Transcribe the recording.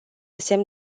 semn